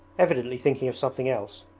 evidently thinking of something else.